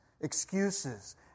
excuses